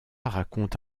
raconte